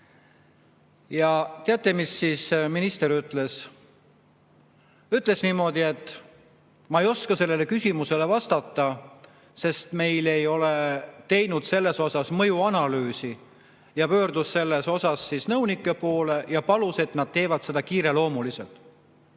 Ja teate, mis siis minister ütles? Ütles niimoodi, et ta ei oska sellele küsimusele vastata, sest nad ei ole teinud selle kohta mõjuanalüüsi, ja pöördus nõunike poole ja palus, et nad teeksid seda kiireloomuliselt.